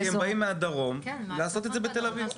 שהם באים הכמות היא גבוהה כי הם באים מהדרום לעשות את זה בתל אביב.